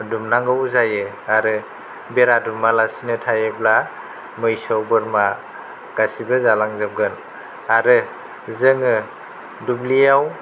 दुमनांगौ जायो आरो बेरा दुमालासेनो थायोब्ला मैसौ बोरमा गासिबो जालांजोबगोन आरो जोङो दुब्लिआव